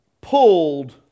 pulled